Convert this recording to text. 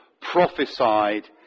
prophesied